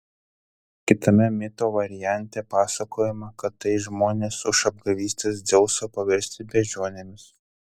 kitame mito variante pasakojama kad tai žmonės už apgavystes dzeuso paversti beždžionėmis